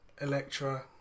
Electra